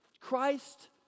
Christ